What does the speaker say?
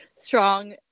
strong